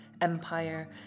empire